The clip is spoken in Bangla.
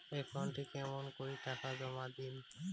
একাউন্টে কেমন করি টাকা জমা দিম?